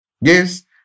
Yes